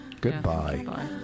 Goodbye